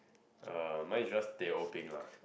uh mine is just teh O peng lah